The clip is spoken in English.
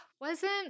wasn't-